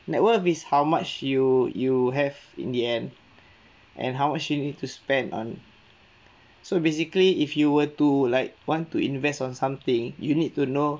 net worth is how much you you have in the end and how much you need to spend on so basically if you were to like want to invest on something you need to know